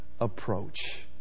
approach